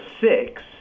six